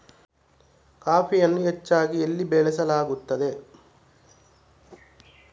ಕಾಫಿಯನ್ನು ಹೆಚ್ಚಾಗಿ ಎಲ್ಲಿ ಬೆಳಸಲಾಗುತ್ತದೆ?